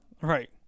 Right